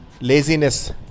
laziness